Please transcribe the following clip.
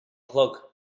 chlog